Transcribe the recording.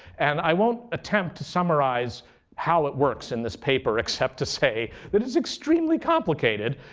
and i won't attempt to summarize how it works in this paper except to say it is extremely complicated.